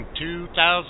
2,000